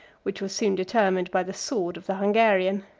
which was soon determined by the sword of the hungarian.